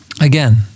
again